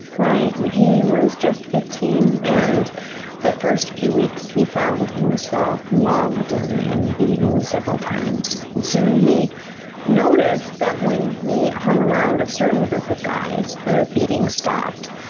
right. he was just fifteen, and the first few weeks he found himself mugged and and beaten several times. and soon he noticed that when he hung around a certain group of guys, the beatings stopped.